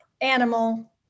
animal